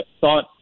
thought